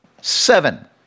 seven